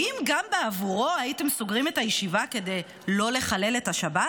האם גם בעבורו הייתם סוגרים את הישיבה כדי שלא לחלל את השבת,